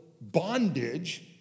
bondage